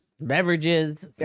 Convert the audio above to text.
beverages